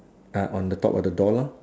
I on the top of the door lah